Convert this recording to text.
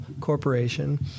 corporation